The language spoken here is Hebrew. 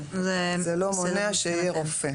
זה לא מונע שיהיה רופא,